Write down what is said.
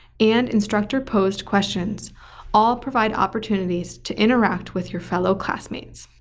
and instructor-posed questions all provide opportunities to interact with your fellow classmates.